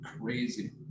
crazy